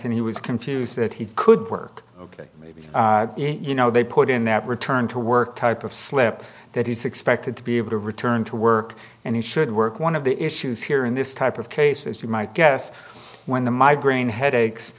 and he was confused that he could work maybe you know they put in that return to work type of slip that he's expected to be able to return to work and he should work one of the issues here in this type of case as you might guess when the migraine headaches